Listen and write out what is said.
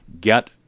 Get